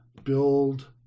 build